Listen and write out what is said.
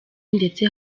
ndetse